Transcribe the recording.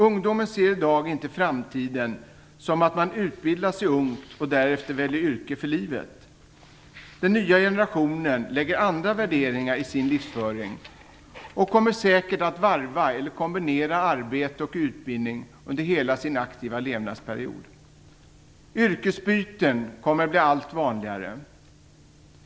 Ungdomen ser i dag inte framtiden som att man utbildar sig ung och därefter väljer yrke för livet. Den nya generationen lägger andra värderingar i sin livsföring och kommer säkert att varva eller kombinera arbete och utbildning under hela sin aktiva levnadsperiod. Yrkesbyten kommer att bli allt vanligare.